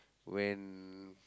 when